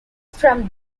from